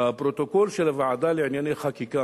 בפרוטוקול של הוועדה לענייני חקיקה,